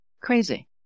Crazy